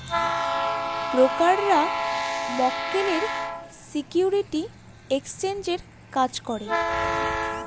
ব্রোকাররা মক্কেলের সিকিউরিটি এক্সচেঞ্জের কাজ করে